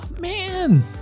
Man